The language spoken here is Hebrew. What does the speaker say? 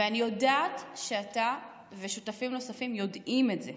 ואני יודעת שאתה ושותפים נוספים יודעים את זה.